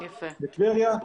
לטבריה,